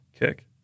kick